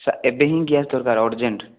sir ଏବେ ହିଁ gas ଦରକାର ଅର୍ଜେଣ୍ଟ୍